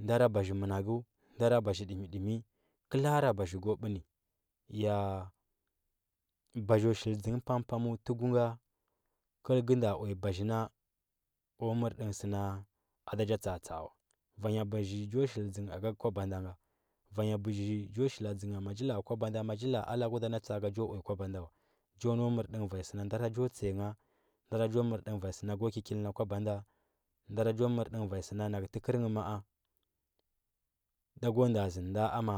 ndaro baȝhɚ managu ndara baȝhɚ dimi dimi, kɚlalewa baȝhɚ gu bɚ nɚ ya baȝhɚ shil dȝɚn pam pamu tugu ga kɚl ngɚ nda uya baȝhɚ ina o mɚrɗin sɚ na ada ja tsa, a tsa, a wa vanya baȝhɚ jo shil dȝɚn nghɚ aga kwaba nda ngha vanya bɚgi jo shili dȝɚn ngha ma gɚ lara kwaba nda magɚ laio a lako na tsa oga jo uya kwaba nda wa jo nau mɚr ɗɚn vanyi sɚ na ndara jo tsɚya ngha ndara jo mɚr ɗn vanyi sɚ na go kɚ kil na kwaba nda ndara jo mɚr ɗɚn vanyi sɚ na nag tɚkɚr nghɚ ma’o dagɚ nda zin nda ama